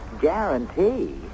Guarantee